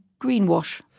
greenwash